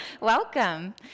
Welcome